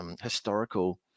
historical